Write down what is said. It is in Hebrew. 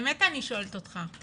באמת אני שואלת אותך.